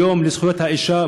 כיום לזכויות האישה,